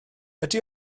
ydy